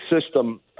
system